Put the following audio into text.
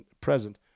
present